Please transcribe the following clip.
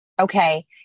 Okay